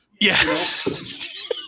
Yes